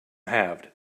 halved